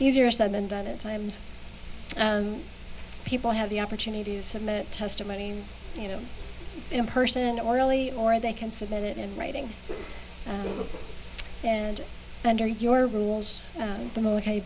sier said than done at times people have the opportunity to submit testimony you know in person or early or they can submit it in writing and under your rules